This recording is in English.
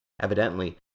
Evidently